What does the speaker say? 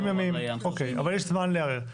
אבל יש זמן לערער.